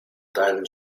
time